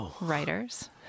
writers